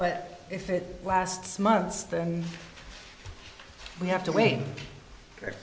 but if it lasts months then we have to wait